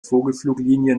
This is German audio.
vogelfluglinie